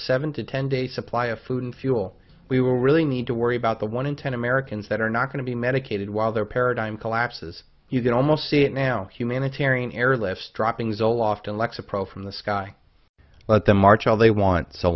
seven to ten days supply of food and fuel we will really need to worry about the one in ten americans that are not going to be medicated while their paradigm collapses you can almost see it now humanitarian airlift dropping zoloft and lexapro from the sky but the march all they want so